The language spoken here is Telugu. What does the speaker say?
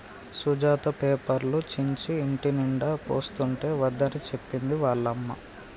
సుజాత పేపర్లు చించి ఇంటినిండా పోస్తుంటే వద్దని చెప్పింది వాళ్ళ అమ్మ